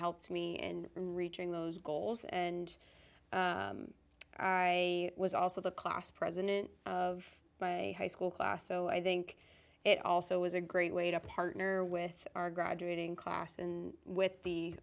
helped me and in reaching those goals and i was also the class president of my high school class so i think it also was a great way to partner with our graduating class and with the